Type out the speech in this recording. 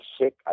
sick